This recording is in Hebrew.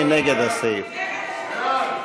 מי